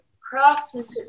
craftsmanship